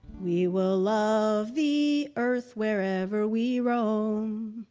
we will love the earth wherever we roam